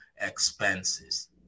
expenses